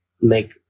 make